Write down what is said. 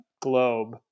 globe